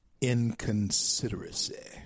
inconsideracy